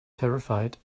terrified